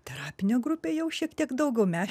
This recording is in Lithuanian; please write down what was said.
terapinė grupė jau šiek tiek daugiau mes